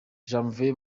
janvier